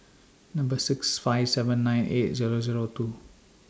Number six five seven nine eight Zero Zero two